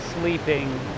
sleeping